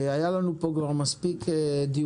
היו לנו פה כבר מספיק דיונים,